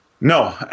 No